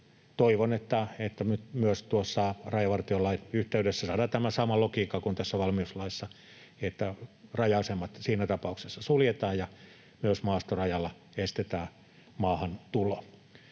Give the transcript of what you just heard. Toivon, että myös tuossa rajavartiolain yhteydessä saadaan tämä sama logiikka kuin tässä valmiuslaissa, että raja-asemat siinä tapauksessa suljetaan ja myös maastorajalla estetään maahantulo.